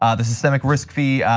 ah the systemic risk fee,